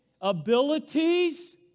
abilities